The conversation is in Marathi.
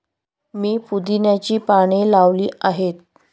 मी पुदिन्याची पाने लावली आहेत